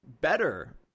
better